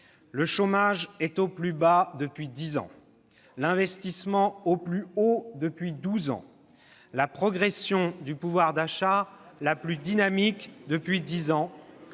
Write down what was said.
Le chômage est au plus bas depuis dix ans, l'investissement au plus haut depuis douze ans, la progression du pouvoir d'achat la plus dynamique depuis dix ans